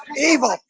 evil to